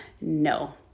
No